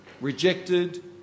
rejected